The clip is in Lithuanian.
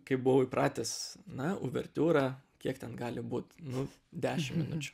kai buvau įpratęs na uvertiūra kiek ten gali būt nu dešim minučių